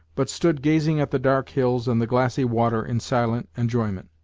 but stood gazing at the dark hills and the glassy water in silent enjoyment.